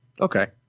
Okay